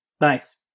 Nice